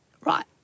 right